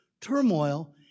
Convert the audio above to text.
turmoil